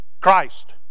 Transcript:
Christ